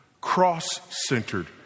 cross-centered